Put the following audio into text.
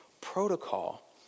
protocol